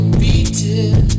beaten